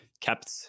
kept